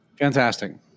Fantastic